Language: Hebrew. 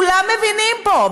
כולם מבינים פה,